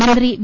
മന്ത്രി വി